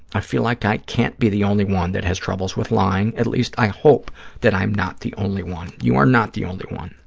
i feel like i can't be the only one that has troubles with lying, at least i hope that i am not the only one. you are not the only one.